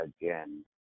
again